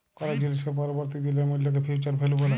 call জিলিসের পরবর্তী দিলের মূল্যকে ফিউচার ভ্যালু ব্যলে